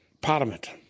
Parliament